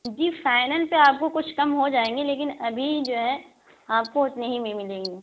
جی final پہ آپ کو کچھ ہو جائیں گے لیکن ابھی جو ہے آپ کو اتنے ہی میں ملیں گی